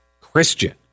Christian